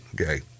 okay